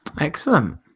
excellent